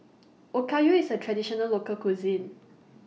Okayu IS A Traditional Local Cuisine